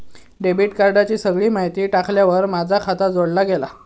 debit कार्डाची सगळी माहिती टाकल्यार माझा खाता जोडला गेला